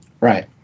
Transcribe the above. Right